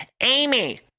Amy